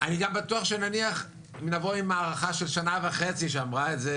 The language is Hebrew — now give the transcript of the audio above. אני גם בטוח שאם נניח נבוא עם הארכה של שנה וחצי שאמרה את זה